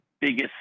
biggest